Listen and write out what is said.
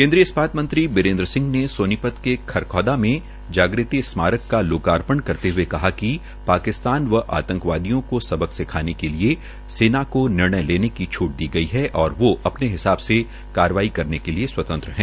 केन्द्रीय इस्पात मंत्री राव बीरेन्द्र सिंह ने सोनपत के खरखौदा में जागृति स्मारक का लोकापर्ण करते हये कहा कि पाकिस्तान व आंतकवादियों को सबक सिखाने के लिये सेना को निर्णय लेने की छूट दी गई है और वो अपने हिसाब से कार्यवाही करने के लिये स्वतंत्र है